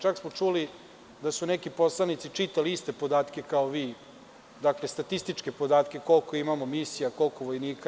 Čak smo čuli da su neki poslanici čitali iste podatke kao vi, dakle, statističke podatke - koliko imamo misija, koliko vojnika.